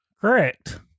Correct